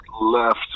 left